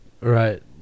right